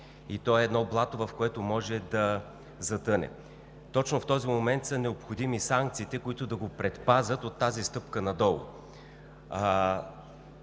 и то е блато, в което може да затъне. Точно в този момент са необходими санкциите, които да го предпазят от тази стъпка надолу.